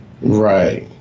right